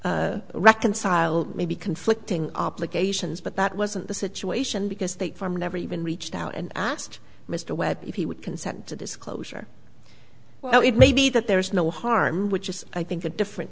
reconcile maybe conflicting obligations but that wasn't the situation because they never even reached out and asked mr webb if he would consent to disclosure well it may be that there is no harm which is i think a different